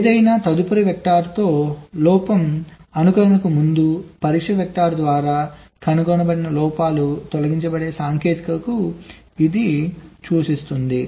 ఏదైనా తదుపరి వెక్టార్తో లోపం అనుకరణకు ముందు పరీక్ష వెక్టర్ ద్వారా కనుగొనబడిన లోపాలు తొలగించబడే సాంకేతికతను ఇది సూచిస్తుంది